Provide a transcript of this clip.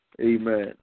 Amen